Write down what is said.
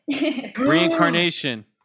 reincarnation